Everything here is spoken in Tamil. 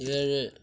ஏழு